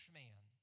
man